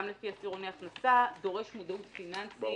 לפי עשירוני הכנסה דורש מודעות פיננסית,